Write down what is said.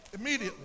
immediately